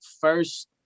First